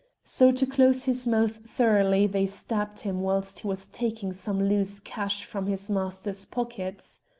so to close his mouth thoroughly they stabbed him whilst he was taking some loose cash from his master's pockets.